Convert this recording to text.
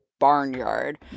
barnyard